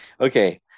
Okay